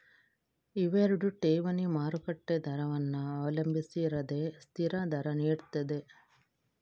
ಇವೆರಡು ಠೇವಣಿ ಮಾರುಕಟ್ಟೆ ದರವನ್ನ ಅವಲಂಬಿಸಿರದೆ ಸ್ಥಿರ ದರ ನೀಡ್ತದೆ